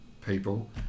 people